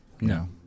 no